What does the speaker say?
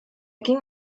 ging